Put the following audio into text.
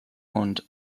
und